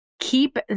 Keep